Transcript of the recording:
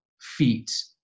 feet